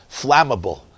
flammable